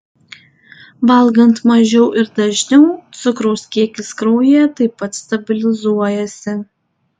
valgant mažiau ir dažniau cukraus kiekis kraujyje taip pat stabilizuojasi